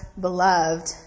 beloved